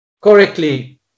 correctly